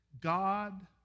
God